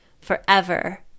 forever